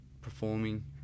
performing